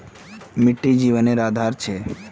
मिटटी जिवानेर आधार छे